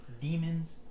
Demons